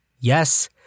Yes